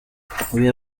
huye